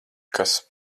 kas